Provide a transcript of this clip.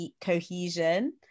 cohesion